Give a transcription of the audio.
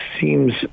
seems